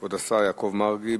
כבוד השר יעקב מרגי,